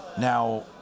Now